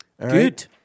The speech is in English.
Good